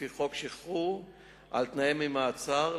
לפי חוק שחרור על-תנאי ממאסר,